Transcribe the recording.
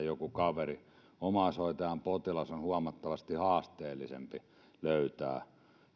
joku kaveri omaishoitajan potilaalle on huomattavasti haasteellisempi löytää